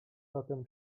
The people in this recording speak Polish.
zatem